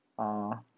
oo